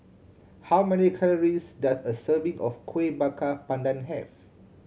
how many calories does a serving of Kueh Bakar Pandan have